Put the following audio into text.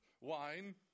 wine